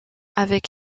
avec